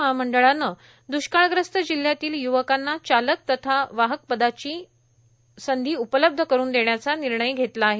महामंडळाने द्यष्काळग्रस्त जिल्ह्यातील य्वकांना चालक तथा वाहक पदाची संधी उपलब्ध करून देण्याचा निर्णय घेतला आहे